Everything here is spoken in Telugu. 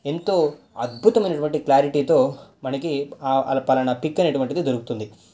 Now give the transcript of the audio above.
ఎంతో అద్భుతమైనటువంటి క్లారిటీతో మనకి ఫలానా పిక్ అనేటటువంటిది దొరుకుతుంది